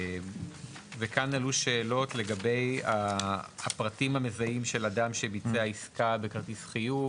וכאן עלו שאלות לגבי הפרטים המזהים של אדם שביצע עסקה בכרטיס חיוב,